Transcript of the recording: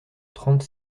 trente